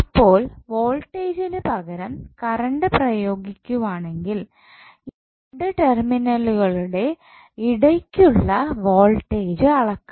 അപ്പോൾ വോൾടേജ്ജിന് പകരം കറണ്ട് പ്രയോഗിക്കുവാണെങ്കിൽ ഈ രണ്ടു ടെർമിന്നലുകളുടെ ഇടയ്ക്കുള്ള വോൾട്ടേജ് അളക്കാം